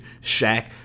Shaq